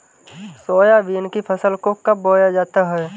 Soybean की फसल को कब बोया जाता है?